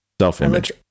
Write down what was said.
Self-image